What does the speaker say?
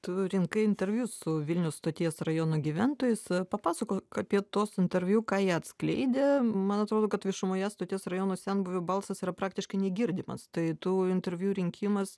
tu rinkai interviu su vilniaus stoties rajono gyventojais papasakok apie tuos interviu ką jie atskleidė man atrodo kad viešumoje stoties rajono senbuvių balsas yra praktiškai negirdimas tai tų interviu rinkimas